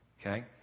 Okay